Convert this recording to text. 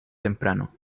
temprano